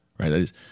Right